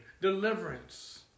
deliverance